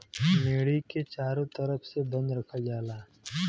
मेड़ी के चारों तरफ से बंद रखल जाला